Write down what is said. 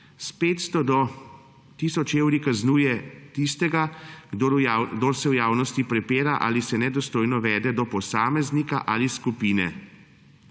s 500 do tisoč evri kaznuje tistega, kdor se v javnosti prepira ali se nedostojno vede do posameznika ali skupine